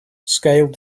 scaled